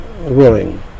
willing